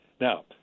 now